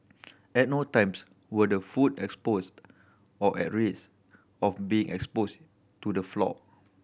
at no times were the food exposed or at risk of being exposed to the floor